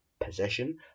possession